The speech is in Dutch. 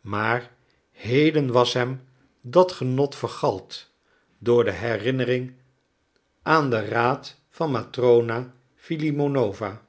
maar heden was hem dat genot vergald door de herinnering aan den raad van matrona filimonowna